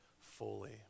fully